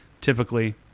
typically